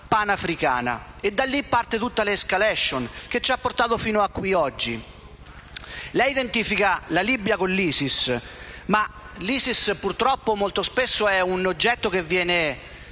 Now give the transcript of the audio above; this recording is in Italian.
panafricana. Da lì è partita tutta l'*escalation* che ci ha portato fino a qui, oggi. Lei identifica la Libia con l'ISIS, ma l'ISIS purtroppo molto spesso è un'entità che viene